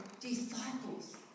disciples